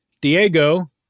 Diego